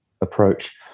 approach